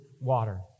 water